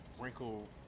wrinkle